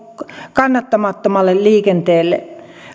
kannattamattomalle liikenteelle